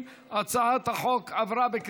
ההצעה להעביר את הצעת חוק ביטוח בריאות ממלכתי (תיקון,